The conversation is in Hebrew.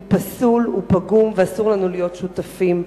הוא פסול, הוא פגום, ואסור לנו להיות שותפים לכך.